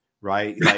Right